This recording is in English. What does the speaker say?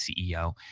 CEO